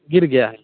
गिर गया है